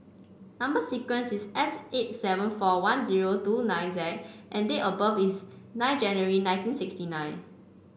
number sequence is S eight seven four one zero two nine Z and date of birth is nine January nineteen sixty nine